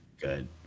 good